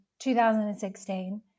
2016